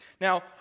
Now